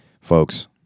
folks